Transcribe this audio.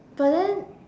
but then